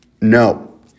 No